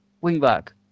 wing-back